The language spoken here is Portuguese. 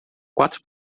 quatro